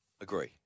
Agree